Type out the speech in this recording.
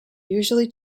usually